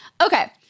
Okay